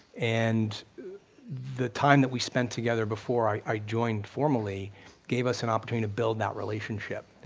and the time that we spent together before i joined formally gave us an opportunity to build that relationship,